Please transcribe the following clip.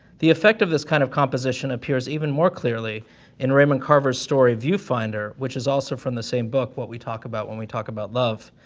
the effect of this kind of composition appears even more clearly in raymond carver's story view finder, which is also from the same book what we talk about when we talk about love.